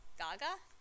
Gaga